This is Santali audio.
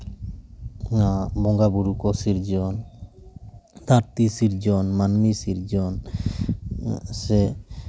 ᱚᱱᱟ ᱵᱚᱸᱜᱟᱼᱵᱳᱨᱳ ᱠᱚ ᱥᱤᱨᱡᱟᱹᱣᱟᱱ ᱫᱷᱟᱹᱨᱛᱤ ᱥᱤᱨᱡᱚᱱ ᱢᱟᱹᱱᱢᱤ ᱥᱤᱨᱡᱚᱱ ᱥᱮ